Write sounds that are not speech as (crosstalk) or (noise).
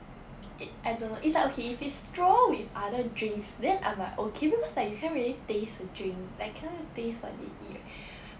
it I don't know it's like okay if it's straw with other drinks then I'm like okay because like you can't really taste the drink like cannot taste what they eat (breath)